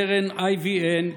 קרן IVN,